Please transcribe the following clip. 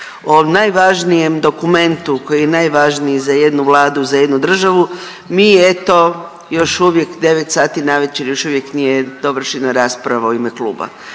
o najvažnijem dokumentu koji je najvažniji za jednu vladu, za jednu državu mi eto još uvijek, 9 sati navečer, još uvijek nije dovršena rasprava u ime kluba.